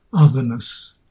otherness